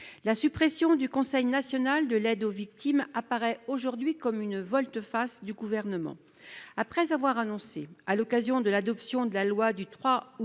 La suppression du Conseil national de l'aide aux victimes (CNAV) apparaît aujourd'hui comme une volte-face du Gouvernement. En effet, après avoir annoncé, à l'occasion de l'adoption de la loi du 3 août